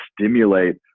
stimulate